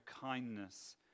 kindness